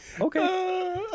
Okay